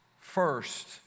first